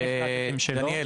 דניאל,